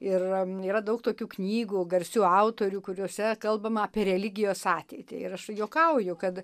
ir yra daug tokių knygų garsių autorių kuriose kalbama apie religijos ateitį ir aš juokauju kad